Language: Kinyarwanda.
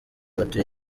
batuye